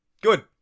good